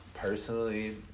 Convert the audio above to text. Personally